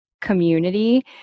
community